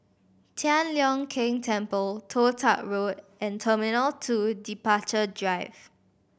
Tian Leong Keng Temple Toh Tuck Road and Terminal Two Departure Drive